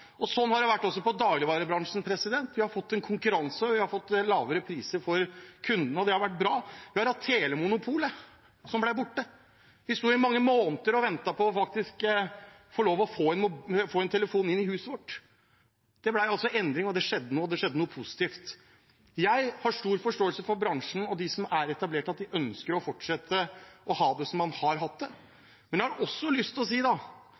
Sånn har det vært også i dagligvarebransjen. Vi har fått konkurranse, vi har fått lavere priser for kundene, og det har vært bra. Vi har hatt telemonopol, som ble borte. Vi sto i mange måneder og ventet på å få en telefon inn i huset vårt. Det ble endring, det skjedde noe, og det skjedde noe positivt. Jeg har stor forståelse for bransjen og dem som er etablert, at de ønsker å fortsette å ha det som man har hatt det. Jeg tror Forbrukerrådet kanskje er litt skuffet over Senterpartiet i denne debatten, fordi Senterpartiet har totalt glemt at det er forbrukere. Det er en grunn til